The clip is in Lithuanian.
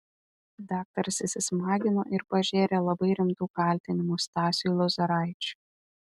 daktaras įsismagino ir pažėrė labai rimtų kaltinimų stasiui lozoraičiui